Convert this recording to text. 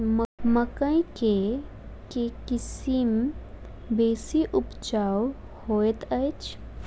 मकई केँ के किसिम बेसी उपजाउ हएत अछि?